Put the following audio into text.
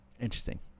Interesting